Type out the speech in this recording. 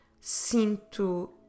SINTO